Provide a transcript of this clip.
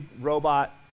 robot